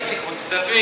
בכספים.